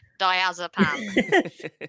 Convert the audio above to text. diazepam